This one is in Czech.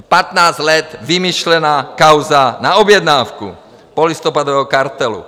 Patnáct let vymyšlená kauza na objednávku polistopadového kartelu.